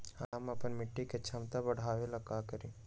हम अपना मिट्टी के झमता बढ़ाबे ला का करी?